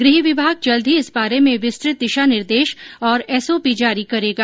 गृह विभाग जल्द ही इस बारे में विस्तुत दिशा निर्देश और एसओपी जारी करेगा